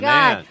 God